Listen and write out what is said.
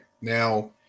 Now